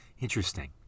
Interesting